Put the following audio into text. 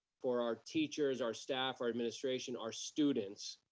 for our teachers, our staff, our administration, our students,